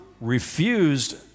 refused